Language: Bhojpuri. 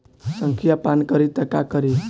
संखिया पान करी त का करी?